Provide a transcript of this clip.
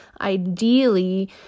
ideally